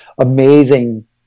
amazing